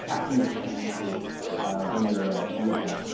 captioning experiences when you're using them.